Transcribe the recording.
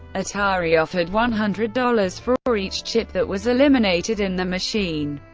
atari offered one hundred dollars for for each chip that was eliminated in the machine.